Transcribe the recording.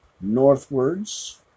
northwards